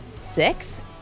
six